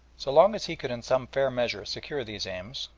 so long as he could in some fair measure secure these aims,